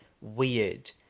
weird